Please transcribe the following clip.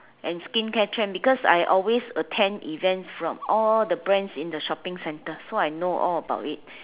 and skin care trend because I always attend events from all the brands in the shopping centre so I know all about it